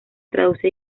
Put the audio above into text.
traduce